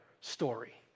story